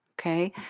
Okay